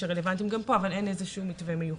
שרלוונטיים גם פה אבל אין איזשהו מתווה מיוחד.